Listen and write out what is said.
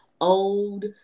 old